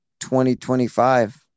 2025